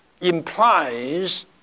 implies